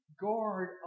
guard